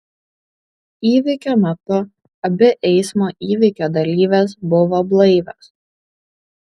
įvykio metu abi eismo įvykio dalyvės buvo blaivios